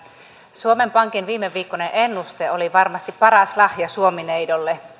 suomen pankin viimeviikkoinen ennuste oli varmasti paras lahja suomi neidolle